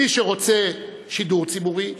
מי שרוצה שידור ציבורי,